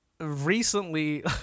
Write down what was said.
recently